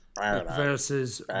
versus